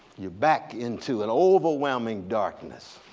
you're back into an overwhelming darkness.